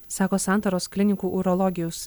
sako santaros klinikų urologijaus